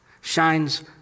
shines